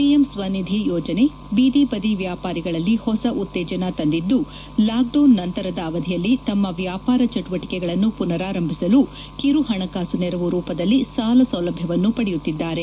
PM Svanidhi ಯೋಜನೆ ಬೀದಿಬದಿ ವ್ಯಾಪಾರಿಗಳಲ್ಲಿ ಹೊಸ ಉತ್ತೇಜನ ತಂದಿದ್ದು ಲಾಕ್ಡೌನ್ ನಂತರದ ಅವಧಿಯಲ್ಲಿ ತಮ್ಮ ವ್ಯಾಪಾರ ಚಟುವಟಿಕೆಗಳನ್ನು ಪುನಾರಂಭಿಸಲು ಕಿರು ಹಣಕಾಸು ನೆರವು ರೂಪದಲ್ಲಿ ಸಾಲ ಸೌಲಭ್ಯವನ್ನು ಪಡೆಯುತ್ತಿದ್ದಾರೆ